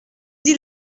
dit